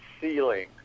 ceiling